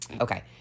Okay